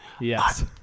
Yes